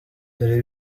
dore